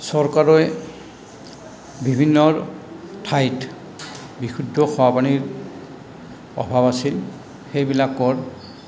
চৰকাৰে বিভিন্ন ঠাইত বিশুদ্ধ খোৱা পানীৰ অভাৱ আছিল সেইবিলাকৰ